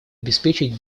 обеспечить